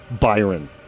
Byron